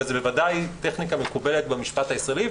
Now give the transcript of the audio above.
אבל זה בוודאי טכניקה מקובלת במשפט הישראלי,